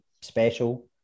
special